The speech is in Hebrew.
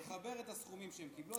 תחבר את הסכומים שהם קיבלו,